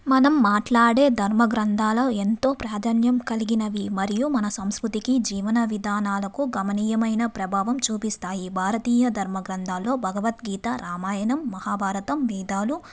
మనం మాట్లాడే ధర్మగ్రంథాల ఎంతో ప్రాధాన్యం కలిగినవి మరియు మన సంస్కృతికి జీవన విధానాలకు గమనీయమైన ప్రభావం చూపిస్తాయి భారతీయ ధర్మగ్రంథాల్లో భగవద్గీత రామాయణం మహాభారతం వేదాలు